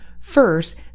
First